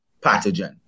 pathogen